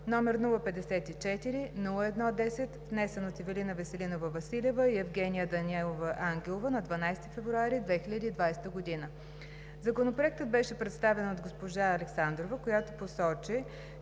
№ 054-01-10, внесен от Ивелина Веселинова Василева и Евгения Даниелова Ангелова на 12 февруари 2020 г. Законопроектът беше представен от госпожа Александрова, която посочи,